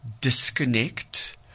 disconnect